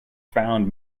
found